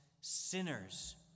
sinners